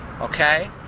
okay